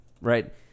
right